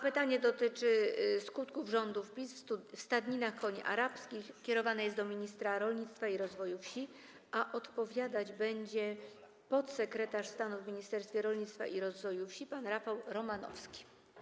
Pytanie dotyczy skutków rządów PiS w stadninach koni arabskich, jest kierowane do ministra rolnictwa i rozwoju wsi, a odpowiadać na nie będzie podsekretarz stanu w Ministerstwie Rolnictwa i Rozwoju Wsi pan Rafał Romanowski.